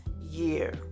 year